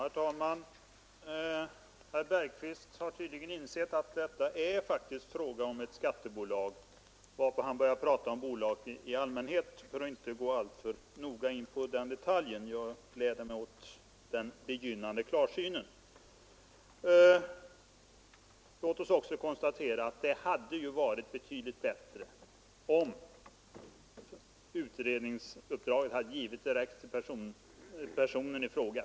Herr talman! Herr Bergqvist har tydligen insett att det faktiskt är fråga om ett skattebolag, varpå han börjar prata om bolag i allmänhet för att inte gå alltför noga in på den detaljen. Jag glädjer mig åt den begynnande klarsynen. Låt oss också konstatera att det hade varit betydligt bättre, om utredningsuppdraget hade givits direkt till personen i fråga.